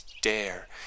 dare